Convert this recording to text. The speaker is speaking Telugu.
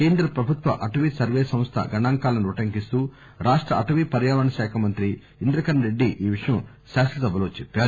కేంద్ర ప్రభుత్వ అటవీ సర్వే సంస్థ గణాంకాలను ఉటంకిస్తూ రాష్ట అటవీ పర్యావరణ శాఖ మంత్రి ఇంద్రకరణ్ రెడ్డి ఈ విషయం శాసనసభలో చెప్పారు